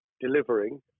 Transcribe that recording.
delivering